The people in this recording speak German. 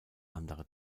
andere